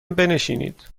بنشینید